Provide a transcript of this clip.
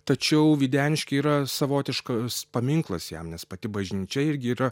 tačiau videniškiai yra savotiškas paminklas jam nes pati bažnyčia irgi yra